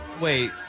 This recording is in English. Wait